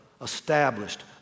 established